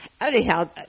anyhow